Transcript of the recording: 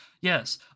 Yes